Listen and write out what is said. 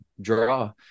draw